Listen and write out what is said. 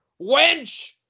Wench